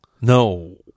No